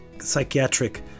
psychiatric